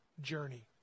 journey